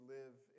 live